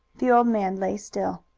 the old man lay still.